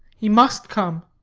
he must come.